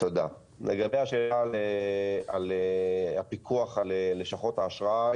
לגבי השאלה על הפיקוח על לשכות האשראי,